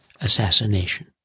assassination